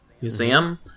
museum